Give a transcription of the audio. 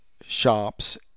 shops